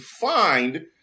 find